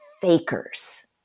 fakers